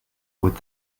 with